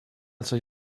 coś